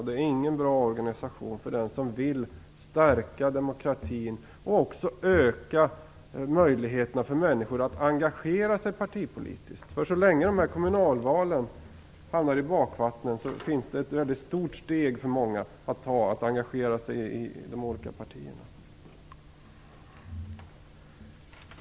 Det är ingen bra organisation med tanke på den som vill stärka demokratin och också öka möjligheterna för människorna att engagera sig partipolitiskt. Så länge kommunalvalen hamnar i bakvatten är det ett väldigt stort steg för många att ta för att engagera sig i de olika partierna.